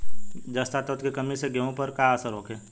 जस्ता तत्व के कमी से गेंहू पर का असर होखे?